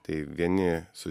tai vieni su